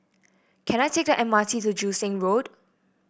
can I take the M R T to Joo Seng Road